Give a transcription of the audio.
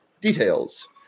Details